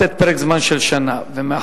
של חבר הכנסת יצחק וקנין, קריאה ראשונה.